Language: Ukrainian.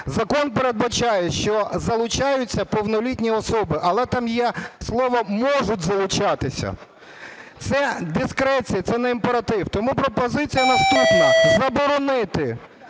Закон передбачає, що залучаються повнолітні особи, але там є слова "можуть залучатися". Це дискреція, це не імператив тому пропозиція наступна: заборонити